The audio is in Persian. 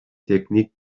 تکنیک